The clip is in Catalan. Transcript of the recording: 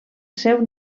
seu